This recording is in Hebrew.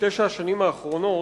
בתשע השנים האחרונות,